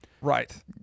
Right